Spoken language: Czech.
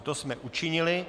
To jsme učinili.